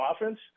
offense